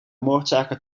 moordzaken